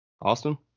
Austin